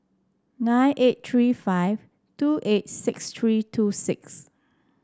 nine eight three five two eight six three two six